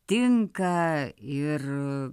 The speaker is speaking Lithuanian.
tinka ir